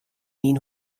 myn